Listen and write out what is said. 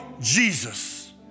Jesus